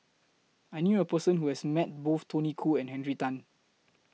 I knew A Person Who has Met Both Tony Khoo and Henry Tan